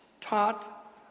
taught